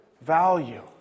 value